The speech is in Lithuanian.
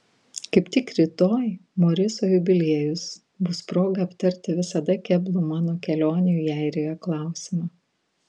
kaip tik rytoj moriso jubiliejus bus proga aptarti visada keblų mano kelionių į airiją klausimą